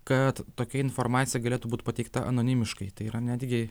kad tokia informacija galėtų būt pateikta anonimiškai tai yra netgi